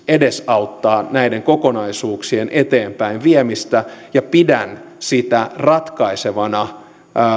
edesauttaa näiden kokonaisuuksien eteenpäinviemistä ja pidän sitä ratkaisevana